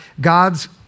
God's